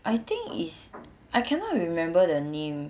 I think it's I cannot remember the name